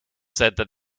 said